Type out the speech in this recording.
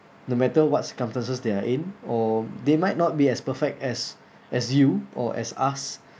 no matter what circumstances they are in or they might not be as perfect as as you or as us